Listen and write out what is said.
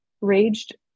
raged